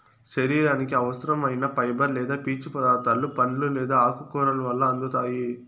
శరీరానికి అవసరం ఐన ఫైబర్ లేదా పీచు పదార్థాలు పండ్లు లేదా ఆకుకూరల వల్ల అందుతాయి